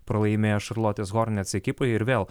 pralaimėjo šarlotės hornets ekipai ir vėl